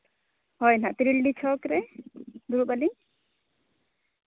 ᱦᱳᱭ ᱱᱟᱦᱟᱸᱜ ᱛᱤᱨᱤᱞᱰᱤ ᱪᱷᱚᱠ ᱨᱮ ᱫᱩᱲᱩᱵ ᱟᱹᱞᱤᱧ